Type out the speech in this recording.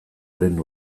lehen